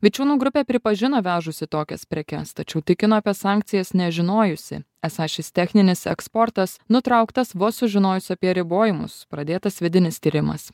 vičiūnų grupė pripažino vežusi tokias prekes tačiau tikino apie sankcijas nežinojusi esą šis techninis eksportas nutrauktas vos sužinojus apie ribojimus pradėtas vidinis tyrimas